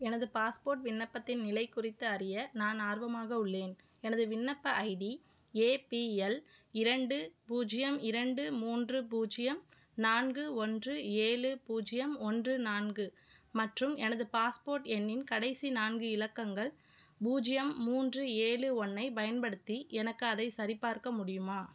எனது பாஸ்போர்ட் விண்ணப்பத்தின் நிலை குறித்து அறிய நான் ஆர்வமாக உள்ளேன் எனது விண்ணப்ப ஐடி ஏபிஎல் இரண்டு பூஜ்ஜியம் இரண்டு மூன்று பூஜ்ஜியம் நான்கு ஒன்று ஏழு பூஜ்ஜியம் ஒன்று நான்கு மற்றும் எனது பாஸ்போர்ட் எண்ணின் கடைசி நான்கு இலக்கங்கள் பூஜ்ஜியம் மூன்று ஏழு ஒன்றைப் பயன்படுத்தி எனக்கு அதைச் சரிபார்க்க முடியுமா